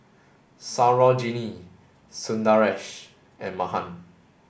Sarojini Sundaresh and Mahan